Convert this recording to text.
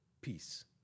peace